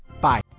Bye